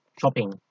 shopping